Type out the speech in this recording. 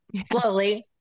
slowly